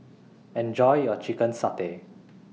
Enjoy your Chicken Satay